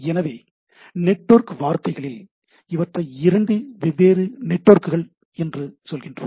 எனவே நெட்வொர்க் வார்த்தைகளில் இவற்றை இரண்டு வெவ்வேறு நெட்வொர்க்குகள் என்று சொல்கிறோம்